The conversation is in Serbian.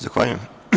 Zahvaljujem.